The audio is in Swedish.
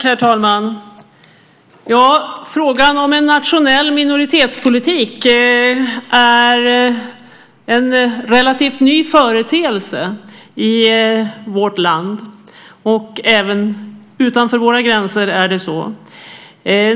Herr talman! Frågan om en nationell minoritetspolitik är en relativt ny företeelse i vårt land. Även utanför våra gränser är det så.